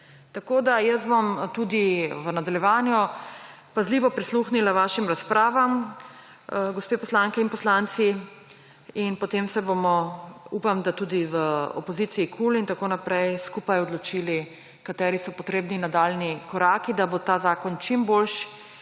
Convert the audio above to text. Jaz bom tudi v nadaljevanju pazljivo prisluhnila vašim razpravam, poslanke in poslanci, in potem se bomo, upam da tudi v opoziciji KUL in tako naprej skupaj odločili, kateri nadaljnji koraki so potrebni, da bo ta zakon čim boljši,